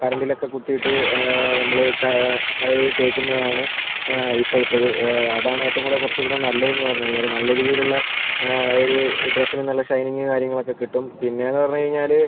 കരണ്ടിലൊക്കെ കുത്തീട്ട് നമ്മൾ തേക്കുന്നതാണ് ഇപ്പോഴത്തേത് അതാണ് ഏറ്റവും കൂടെ കുറച്ചും കൂടെ നല്ലതെന്ന് പറഞ്ഞ് കഴിഞ്ഞാൽ നല്ല രീതിയിലുള്ള ഒരു ഡ്രെസ്സിന് നല്ല ഷൈനിങ്ങ് കാര്യങ്ങളൊക്കെ കിട്ടും പിന്നേന്ന് പറഞ്ഞ് കഴിഞ്ഞാൽ